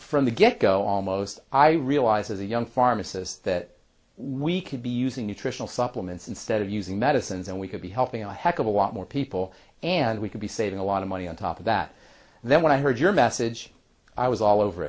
from the get go almost i realize as a young pharmacist that we could be using nutritional supplements instead of using medicines and we could be helping a heck of a lot more people and we could be saving a lot of money on top of that and then when i heard your message i was all over